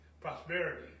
prosperity